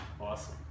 awesome